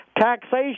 taxation